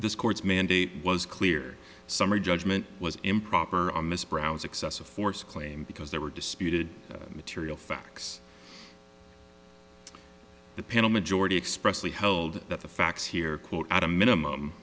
this court's mandate was clear summary judgment was improper on miss brown as excessive force claim because there were disputed material facts the panel majority expressly held that the facts here quote at a minimum